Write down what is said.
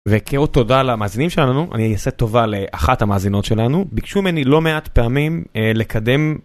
וכאות תודה למאזינים שלנו, אני אעשה טובה לאחת המאזינות שלנו. ביקשו ממני לא מעט פעמים לקדם.